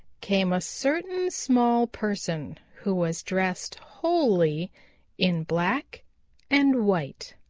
came a certain small person who was dressed wholly in black and white.